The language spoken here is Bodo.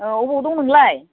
औ अबाव दं नोंलाय